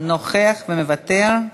נוכח ומוותר.